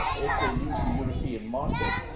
if they lose the european market,